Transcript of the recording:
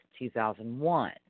2001